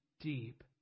deep